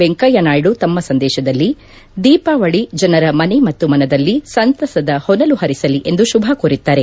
ವೆಂಕಯ್ಯ ನಾಯ್ದು ತಮ್ಮ ಸಂದೇಶದಲ್ಲಿ ದೀಪಾವಳಿ ಜನರ ಮನೆ ಮತ್ತು ಮನದಲ್ಲಿ ಸಂತಸದ ಹೊನಲು ಹರಿಸಲಿ ಎಂದು ಶುಭ ಕೋರಿದ್ದಾರೆ